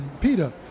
Peter